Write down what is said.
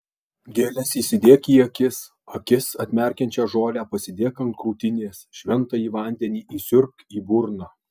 gėles įsidėk į akis akis atmerkiančią žolę pasidėk ant krūtinės šventąjį vandenį įsiurbk į burną